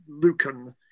Lucan